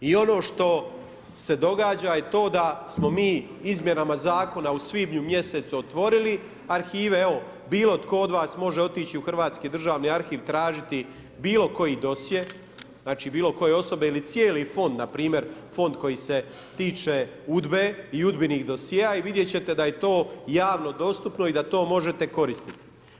I ono što se događa je to da smo mi izmjenama zakona u svibnju mjesecu otvorili arhive, evo bilo tko od vas može otići u Hrvatski državni arhiv tražiti bilo koji dosje, znači bilo koje osobe ili cijeli fond npr. fond koji se tiče UDBA-e i UDBA-inih dosjea i vidjet ćete da je to javno dostupno i da to možete koristiti.